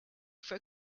for